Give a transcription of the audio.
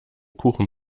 kuchen